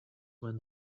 when